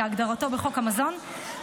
כהגדרתו בחוק המזון,